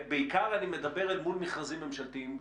בעיקר אני מדבר אל מול מכרזים ממשלתיים גדולים.